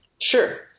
Sure